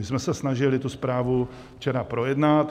My jsme se snažili tu zprávu včera projednat.